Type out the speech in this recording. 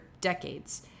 decades